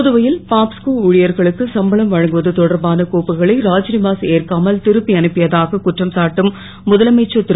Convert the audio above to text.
புதுவை ல் பாப்ஸ்கோ ஊ யர்களுக்கு சம்பளம் வழங்குவது தொடர்பான கோப்புகளை ராஜ் வாஸ் ருப்பி ஏற்காமல் ருப்பி அனுப்பியதாக குற்றம் சாட்டும் முதலமைச்சர் ரு